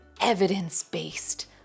evidence-based